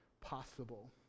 possible